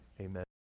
Amen